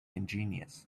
ingenious